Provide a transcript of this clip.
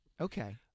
Okay